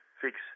fix